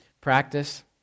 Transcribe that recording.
practice